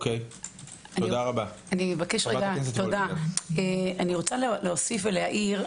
אני רוצה להוסיף ולהעיר.